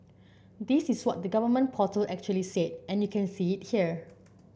this is what the government portal actually said and you can see it here